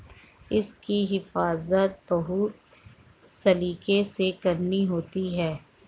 इसकी हिफाज़त बहुत सलीके से करनी होती है